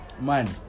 man